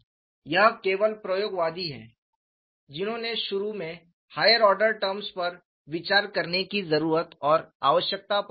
यह केवल प्रयोगवादी हैं जिन्होंने शुरू में हायर ऑर्डर टर्म्स पर विचार करने की जरूरत और आवश्यकता पर जोर दिया